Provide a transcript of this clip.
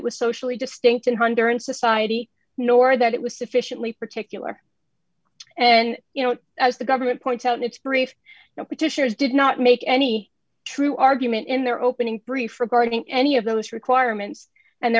it was socially distinct in hunger in society nor that it was sufficiently particular and you know as the government points out it's brief now petitioners did not make any true argument in their opening brief regarding any of those requirements and